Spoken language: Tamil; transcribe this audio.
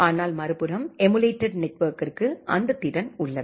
ஆனால் மறுபுறம் எமுலேடெட் நெட்வொர்க்குக்கு அந்த திறன் உள்ளது